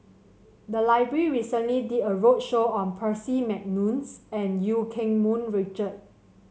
the library recently did a roadshow on Percy McNeice and Eu Keng Mun Richard